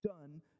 done